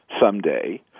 someday